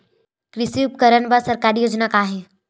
कृषि उपकरण बर सरकारी योजना का का हे?